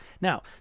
Now